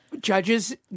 Judges